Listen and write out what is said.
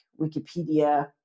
Wikipedia